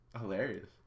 hilarious